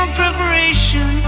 preparation